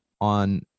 on